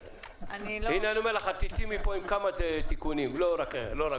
את תצאי מפה עם כמה תיקונים היום, לא רק זה.